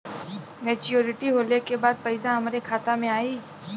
Maturity होले के बाद पैसा हमरे खाता में आई?